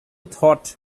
thought